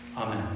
Amen